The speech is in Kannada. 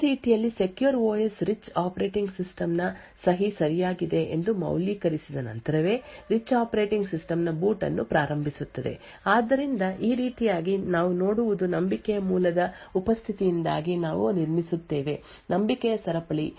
ಅದೇ ರೀತಿಯಲ್ಲಿ secure OS rich operating system ನ ಸಹಿ ಸರಿಯಾಗಿದೆ ಎಂದು ಮೌಲ್ಯೀಕರಿಸಿದ ನಂತರವೇ ರಿಚ್ ಆಪರೇಟಿಂಗ್ ಸಿಸ್ಟಂ ನ ಬೂಟ್ ಅನ್ನು ಪ್ರಾರಂಭಿಸುತ್ತದೆ ಆದ್ದರಿಂದ ಈ ರೀತಿಯಾಗಿ ನಾವು ನೋಡುವುದು ನಂಬಿಕೆಯ ಮೂಲದ ಉಪಸ್ಥಿತಿಯಿಂದಾಗಿ ನಾವು ನಿರ್ಮಿಸುತ್ತೇವೆ ನಂಬಿಕೆಯ ಸರಪಳಿ